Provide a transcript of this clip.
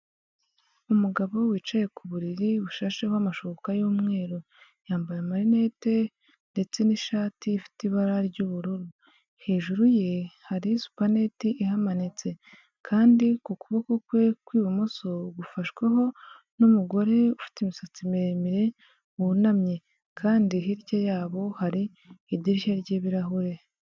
Umugabo wicaye ku buriri bushasheho amashuka y'umweru, yambaye amarinete, ndetse n'ishati ifite ibara ry'ubururu, hejuru ye hari supa nete ihamanitse, kandi ku kuboko kwe kw'ibumoso gufashwaho n'umugore ufite imisatsi miremire wunamye, kandi hirya yabo hari idirishya ry'ibirahure.